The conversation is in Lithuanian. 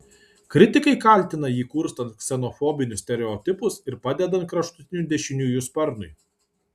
kritikai kaltina jį kurstant ksenofobinius stereotipus ir padedant kraštutinių dešiniųjų sparnui